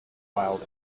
wild